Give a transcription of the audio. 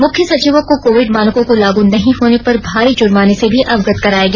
मुख्य सचिवों को कोविड मानकों को लागू नहीं होने पर भारी जुर्माने से भी अवगत कराया गया